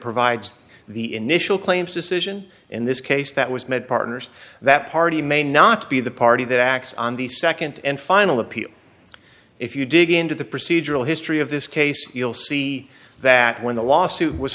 provides the initial claims decision in this case that was made partners that party may not be the party that acts on the nd and final appeal if you dig into the procedural history of this case you'll see that when the lawsuit was